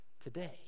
today